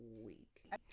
week